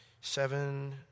Seven